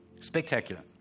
Spectacular